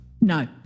No